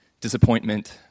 disappointment